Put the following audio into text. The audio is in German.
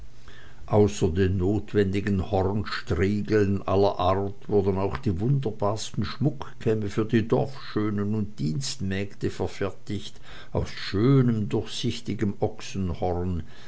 den notwendigen hornstriegeln aller art wurden auch die wunderbarsten schmuckkämme für die dorfschönen und dienstmägde verfertigt aus schönem durchsichtigem